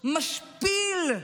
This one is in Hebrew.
משפיל.